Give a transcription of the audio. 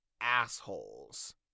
assholes